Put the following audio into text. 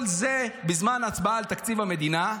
כל זה בזמן הצבעה על תקציב המדינה.